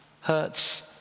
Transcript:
Hurts